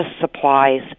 supplies